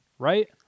Right